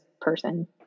person